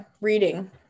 reading